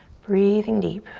breathing deep.